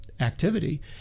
Activity